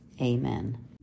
amen